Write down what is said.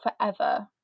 forever